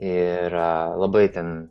ir labai ten